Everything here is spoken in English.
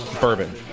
bourbon